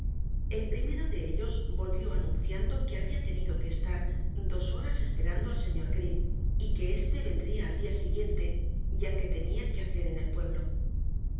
el primero de ellos volvió anunciando que había tenido que estar dos horas esperando al señor green y que éste vendría al siguiente día ya que tenía que hacer en el pueblo